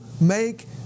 make